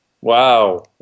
wow